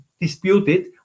disputed